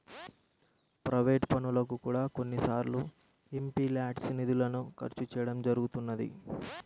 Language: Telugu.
ప్రైవేట్ పనులకు కూడా కొన్నిసార్లు ఎంపీల్యాడ్స్ నిధులను ఖర్చు చేయడం జరుగుతున్నది